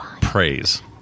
praise